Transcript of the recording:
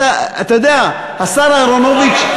השר אהרונוביץ,